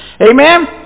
Amen